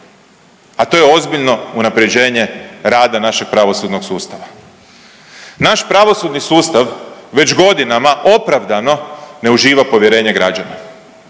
a to je ozbiljno unaprjeđenje rada našeg pravosudnog sustava. Naš pravosudni sustav već godinama opravdano ne uživa povjerenje građana,